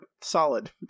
solid